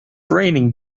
raining